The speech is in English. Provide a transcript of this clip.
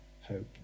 hope